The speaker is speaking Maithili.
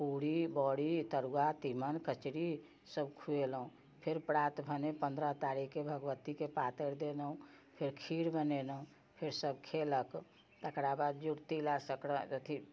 पूड़ी बड़ी तरुआ तीमन कचरी सब खुएलहुँ फेर प्रात भेने पनरह तारीखके भगवतीके पातरि देलहुँ फेर खीर बनेलहुँ फेर सब खेलक तकरा बाद तिला सकरात अथी